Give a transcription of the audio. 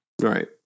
Right